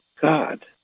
God